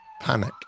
panic